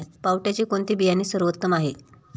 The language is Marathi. पावट्याचे कोणते बियाणे सर्वोत्तम आहे?